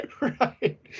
right